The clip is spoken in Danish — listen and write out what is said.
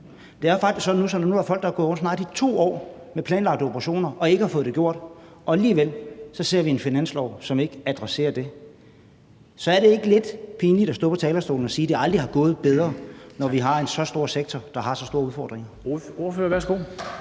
Det er faktisk sådan, at nu er der folk, der snart har gået og ventet i 2 år på en planlagt operation, men ikke har fået den foretaget. Og alligevel ser vi en finanslov, som ikke adresserer det. Så er det ikke lidt pinligt at stå på talerstolen og sige, at det aldrig har gået bedre, når vi har en så stor sektor, der har så store udfordringer?